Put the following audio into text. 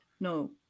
No